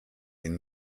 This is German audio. den